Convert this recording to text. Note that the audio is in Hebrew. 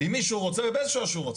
עם מי שהוא רוצה ובאיזו שעה שהוא רוצה.